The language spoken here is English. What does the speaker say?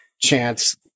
chance